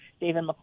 David